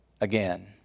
again